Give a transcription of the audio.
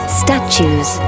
statues